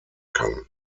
kann